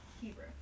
Hebrew